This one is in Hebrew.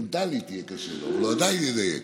מנטלית יהיה קשה לו, והוא עדיין ידייק.